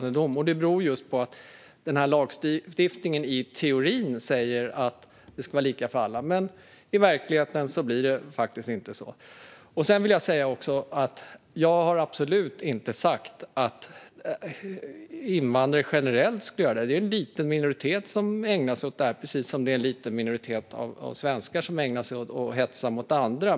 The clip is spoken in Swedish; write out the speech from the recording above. Detta beror på att lagstiftningen i teorin säger att det ska vara lika för alla men att det inte blir så i verkligheten. Jag har absolut inte sagt att invandrare generellt begår sådana brott, utan det är en liten minoritet som ägnar sig åt det, precis som det är en liten minoritet svenskar som ägnar sig åt att hetsa mot andra.